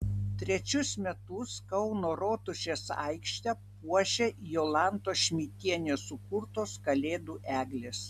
trečius metus kauno rotušės aikštę puošia jolantos šmidtienės sukurtos kalėdų eglės